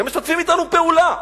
והם משתפים אתנו פעולה.